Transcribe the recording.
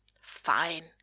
Fine